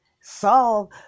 solve